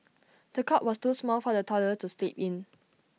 the cot was too small for the toddler to sleep in